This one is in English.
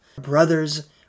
brothers